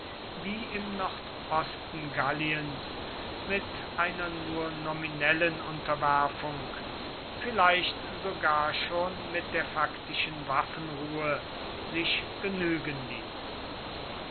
wie im nordosten galliens mit einer nur nominellen unterwerfung vielleicht sogar schon mit der faktischen waffenruhe sich genügen ließ